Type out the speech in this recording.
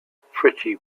pretty